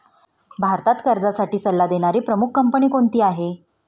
भारतात कर्जासाठी सल्ला देणारी प्रमुख कंपनी कोणती आहे?